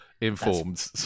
informed